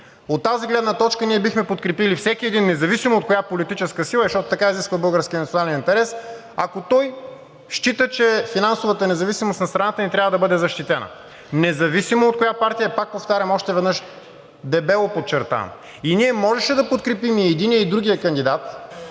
От тази гледна точка бихме подкрепили всеки един независимо от коя политическа сила е, защото така изисква българският национален интерес, ако той счита, че финансовата независимост на страната ни трябва да бъде защитена. Независимо от коя партия е, пак повтарям още веднъж, дебело подчертавам. Ние можеше да подкрепим и единия, и другия кандидат,